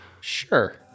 Sure